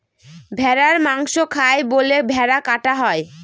ভেড়ার মাংস খায় বলে ভেড়া কাটা হয়